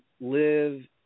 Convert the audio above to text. live